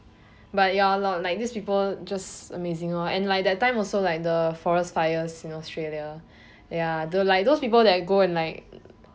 but ya lor like these people just amazing lor and like that time also like the forest fires in australia ya the like those people like go and like